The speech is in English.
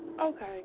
Okay